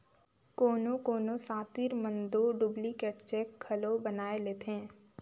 कोनो कोनो सातिर मन दो डुप्लीकेट चेक घलो बनाए लेथें